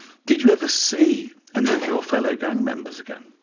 did you ever see any of your fellow gang members again?